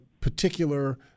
particular